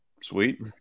Sweet